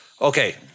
okay